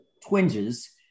twinges